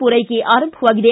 ಪೂರೈಕೆ ಆರಂಭವಾಗಿದೆ